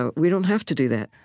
ah we don't have to do that